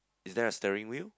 is there a steering wheel